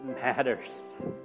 matters